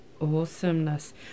Awesomeness